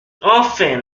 enfin